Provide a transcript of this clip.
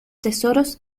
tesoros